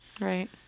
right